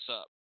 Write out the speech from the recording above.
up